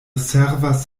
servas